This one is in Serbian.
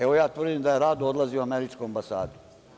Evo, ja tvrdim da je rado odlazio u američku ambasadu.